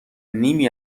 نیمی